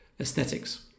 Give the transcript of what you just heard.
aesthetics